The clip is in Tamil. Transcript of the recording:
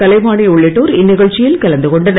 கலைவாணி உள்ளிட்டோர் இந்நிகழ்ச்சியில்கலந்து கொண்டனர்